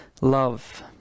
love